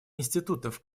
институтов